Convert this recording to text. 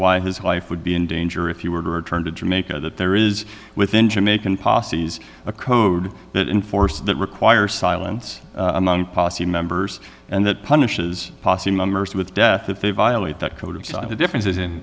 why his life would be in danger if you were to return to jamaica that there is within jamaican posses a code that in force that requires silence among policy members and that punishes posse mummers with death if they violate that code inside the differences in